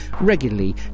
regularly